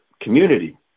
community